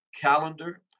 calendar